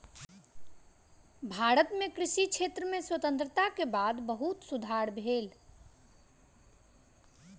भारत मे कृषि क्षेत्र में स्वतंत्रता के बाद बहुत सुधार भेल